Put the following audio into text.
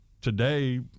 today